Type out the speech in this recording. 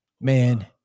Man